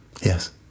Yes